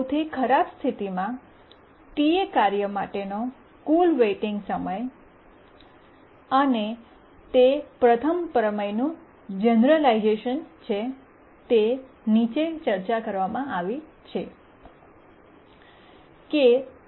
સૌથી ખરાબ સ્થિતિમાં Ta કાર્ય માટેનો કુલ વેઇટિંગ સમય અને તે પ્રથમ પ્રમેયનું જેનરેલાઇજેશન છે તે નીચે ચર્ચા કરવામાં આવી છે